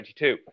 2022